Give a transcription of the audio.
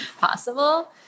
possible